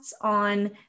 on